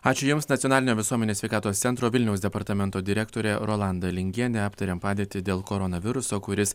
ačiū jums nacionalinio visuomenės sveikatos centro vilniaus departamento direktorė rolanda lingienė aptarėm padėtį dėl koronaviruso kuris